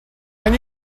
can